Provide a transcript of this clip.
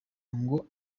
ngo